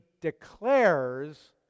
declares